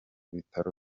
bitaro